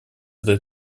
этой